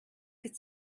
could